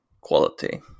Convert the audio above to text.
quality